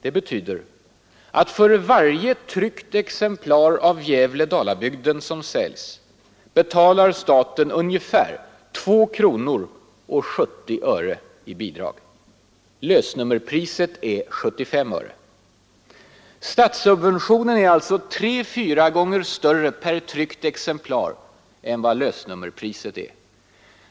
Det innebär att för varje tryckt exemplar av Gävle Dalabygden som säljs betalar staten ungefär 2 kronor 70 öre i bidrag. Lösnummerpriset är 75 öre. Statssubventionen är alltså tre fyra gånger större per tryckt exemplar än vad lösnummerpriset är.